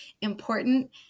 important